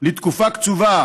לתקופה קצובה,